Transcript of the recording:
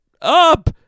up